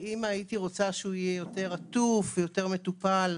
כאמא הייתי רוצה שהוא יהיה יותר עטוף ויותר מטופל.